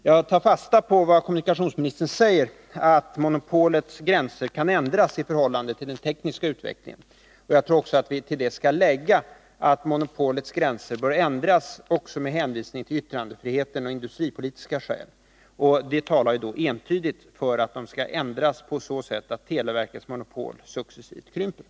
Jag tar fasta på kommunikationsministerns yttrande att monopolets gränser kan ändras i takt med den tekniska utvecklingen. Jag tror att vi till det också skall lägga att monopolets gränser bör ändras bl.a. med hänsyn till yttrandefriheten och av industripolitiska skäl. Dessa omständigheter talar entydigt för att bestämmelserna skall ändras på det sättet att televerkets monopol successivt krymper.